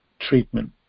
treatment